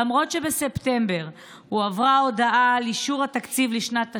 למרות שבספטמבר הועברה הודעה על אישור התקציב לשנת תש"ף,